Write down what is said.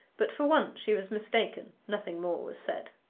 but for once she was mistaken, nothing more was said.